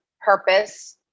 purpose